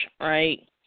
right